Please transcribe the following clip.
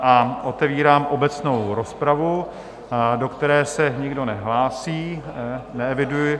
A otevírám obecnou rozpravu, do které se nikdo nehlásí, neeviduji.